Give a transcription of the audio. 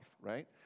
right